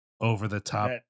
over-the-top